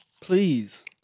please